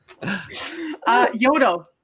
Yodo